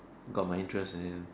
got my interest and